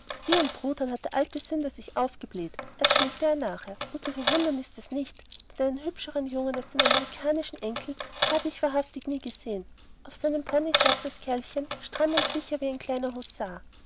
wie ein truthahn hat sich der alte sünder aufgebläht erzählte er nachher und zu verwundern ist es nicht denn einen hübscheren jungen als den amerikanischen enkel habe ich wahrhaftig nie gesehen und auf seinem pony saß das kerlchen stramm und sicher wie ein kleiner husar